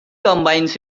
combines